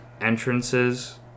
entrances